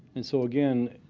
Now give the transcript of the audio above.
and so again,